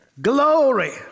Glory